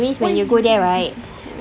why you ask me go